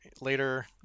later